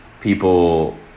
people